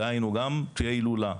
דהיינו גם תהיה הילולה,